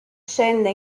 scende